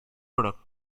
products